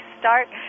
start